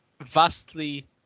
vastly